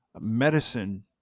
medicine